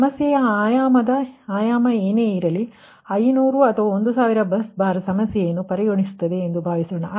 ಸಮಸ್ಯೆಯ ಆಯಾಮದ ಏನೇ ಇರಲಿ 500 ಅಥವಾ 1000 ಬಸ್ ಬಾರ್ ಸಮಸ್ಯೆಯನ್ನು ಪರಿಗಣಿಸುತ್ತದೆ ಎಂದು ಭಾವಿಸೋಣ